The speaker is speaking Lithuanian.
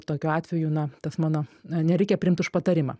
tokiu atveju na tas mano nereikia priimt už patarimą